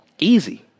Easy